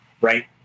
Right